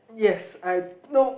yes I know